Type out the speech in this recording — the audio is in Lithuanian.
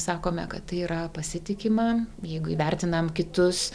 sakome kad tai yra pasitikima jeigu įvertinam kitus